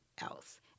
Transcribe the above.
else